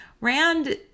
Rand